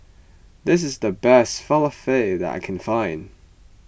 this is the best Falafel that I can find